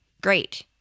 Great